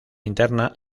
interna